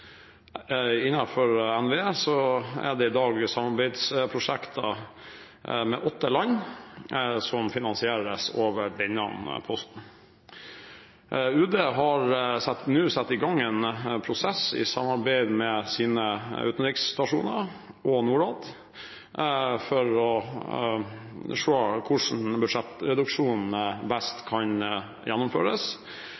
er det i dag samarbeidsprosjekter med åtte land som finansieres over denne posten. Utenriksdepartementet har nå satt i gang en prosess i samarbeid med sine utenriksstasjoner og Norad for å se på hvordan budsjettreduksjonen best kan gjennomføres